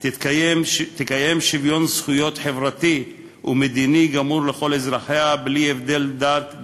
תקיים שוויון זכויות חברתי ומדיני גמור לכל אורחיה בלי הבדל דת,